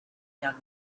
young